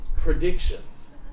predictions